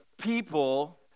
people